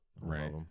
Right